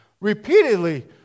repeatedly